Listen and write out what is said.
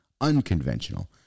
unconventional